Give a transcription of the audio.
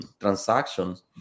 transactions